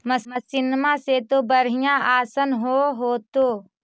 मसिनमा से तो बढ़िया आसन हो होतो?